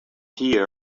here